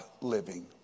living